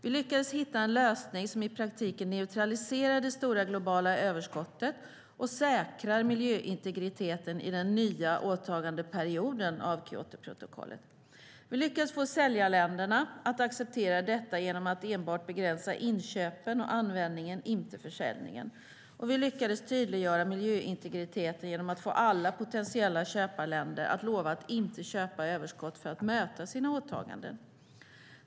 Vi lyckades hitta en lösning som i praktiken neutraliserar det stora globala överskottet och säkrar miljöintegriteten i den nya åtagandeperioden. Vi lyckades få säljarländerna att acceptera detta genom att enbart begränsa inköpen och användningen, inte försäljningen. Vi lyckades tydliggöra miljöintegriteten genom att få alla potentiella köparländer att lova att inte köpa överskott för att möta sina åtaganden.